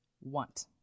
want